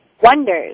wonders